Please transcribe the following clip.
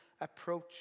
approach